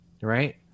right